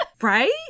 Right